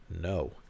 No